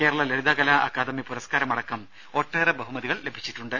Kerala Lalithakala academy പുരസ്കാരമടക്കം ഒട്ടേറെ ബഹുമതികൾ ലഭിച്ചിട്ടുണ്ട്